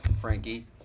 Frankie